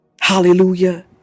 Hallelujah